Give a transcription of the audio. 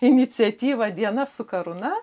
iniciatyva diena su karūna